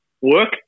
work